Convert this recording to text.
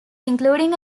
including